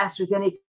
AstraZeneca